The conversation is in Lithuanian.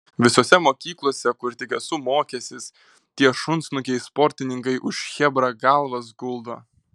visose mokyklose kur tik esu mokęsis tie šunsnukiai sportininkai už chebrą galvas guldo